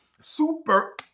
Super